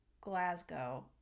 Glasgow